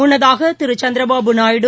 முன்னதாக திரு சந்திரபாபு நாயுடு